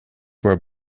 were